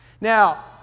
Now